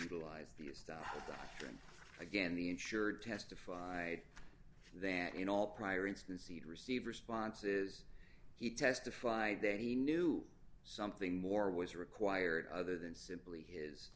utilize the stuff again the insured testified that in all prior instance he'd received responses he testified that he knew something more was required other than simply his